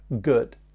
good